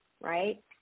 right